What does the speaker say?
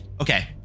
Okay